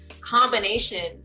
combination